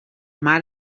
mar